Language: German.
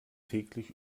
täglich